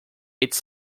its